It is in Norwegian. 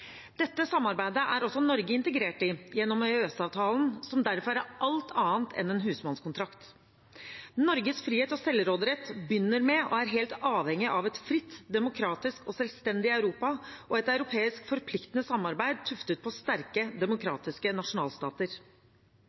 Dette samarbeidet er også Norge integrert i gjennom EØS-avtalen, som derfor er alt annet enn en husmannskontrakt. Norges frihet og selvråderett begynner med og er helt avhengig av et fritt, demokratisk og selvstendig Europa og et europeisk forpliktende samarbeid tuftet på sterke demokratiske nasjonalstater.